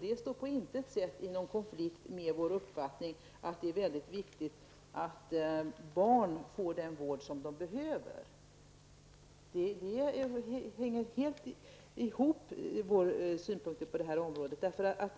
Det står på intet sätt i någon konflikt med vår uppfattning att det är mycket viktigt att barn får den vård som de behöver. Våra synpunkter på det här området hänger ihop.